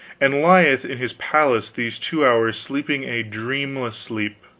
and lieth in his palace these two hours sleeping a dreamless sleep.